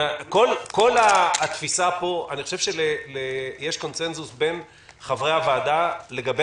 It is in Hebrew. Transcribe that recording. אני חושב שיש קונצנזוס בין חברי הוועדה לגבי